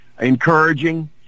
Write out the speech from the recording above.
encouraging